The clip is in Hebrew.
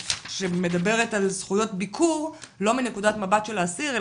שמדברת על זכויות ביקור לא מנקודת מבט של האסיר,